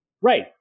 Right